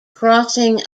crossing